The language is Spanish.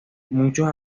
muchos